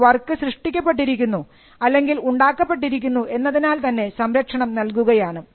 ഒരു വർക്ക് സൃഷ്ടിക്കപ്പെട്ടിരിക്കുന്നു അല്ലെങ്കിൽ ഉണ്ടാക്കപ്പെട്ടിരിക്കുന്നു എന്നതിനാൽ തന്നെ സംരക്ഷണം നൽകുകയാണ്